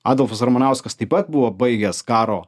adolfas ramanauskas taip pat buvo baigęs karo